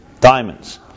Diamonds